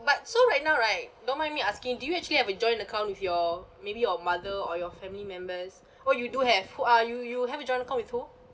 but so right now right don't mind me asking do you actually have a joint account with your maybe your mother or your family members oh you do have who are you you have a joint account with who